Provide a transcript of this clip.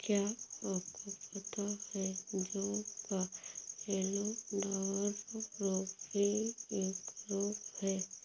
क्या आपको पता है जौ का येल्लो डवार्फ रोग भी एक रोग है?